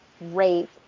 rape